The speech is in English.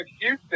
Houston